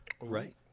right